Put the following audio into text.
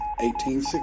1860